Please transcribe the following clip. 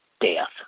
death